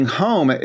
home